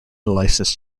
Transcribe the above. licence